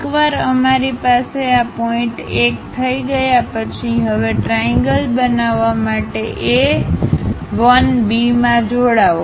એકવાર અમારી પાસે આ પોઇન્ટ 1 થઈ ગયા પછી હવે ત્રિએંગલ બનાવવા માટે A 1 B માં જોડાઓ